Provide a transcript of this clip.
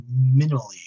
minimally